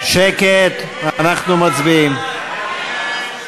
שקט, אנחנו מצביעים.